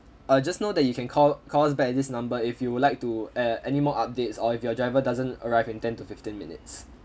uh just know that you can call call us back at this number if you would like to a~ anymore updates or if your driver doesn't arrive in ten to fifteen minutes